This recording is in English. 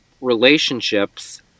relationships